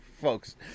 folks